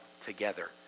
together